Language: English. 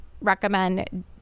recommend